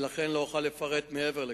ולכן לא אוכל לפרט מעבר לכך.